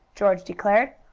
george declared.